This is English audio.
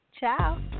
ciao